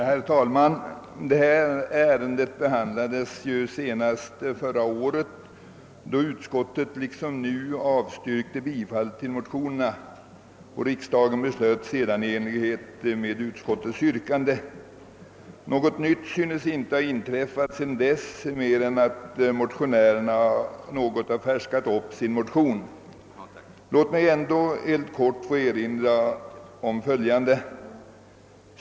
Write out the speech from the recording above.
Herr talman! Detta ärende behandlades senast förra året, då utskottet liksom nu avstyrkte motionen, och riksdagen beslutade sedan i enlighet med utskottets yrkande. Något nytt synes inte ha inträffat sedan dess mer än att motionärerna något färskat upp sin motion. Låt mig ändå helt kort få erinra om följande.